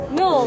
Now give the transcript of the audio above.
no